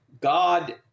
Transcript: God